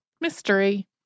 Mystery